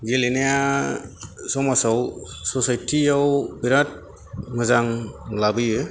गेलेनाया समाजाव ससाइटि आव बिराद मोजां लाबोयो